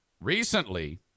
recently